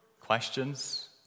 questions